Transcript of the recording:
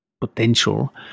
potential